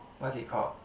what's it called